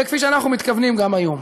וכפי שאנחנו מתכוונים גם היום.